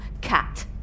Cat